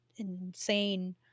insane